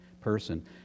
person